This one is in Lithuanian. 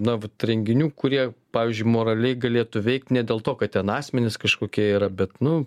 na vat renginių kurie pavyzdžiui moraliai galėtų veikt ne dėl to kad ten asmenys kažkokie yra bet nu